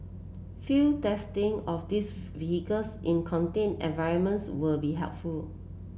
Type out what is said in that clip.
field testing of these vehicles in contained environments will be helpful